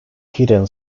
hidden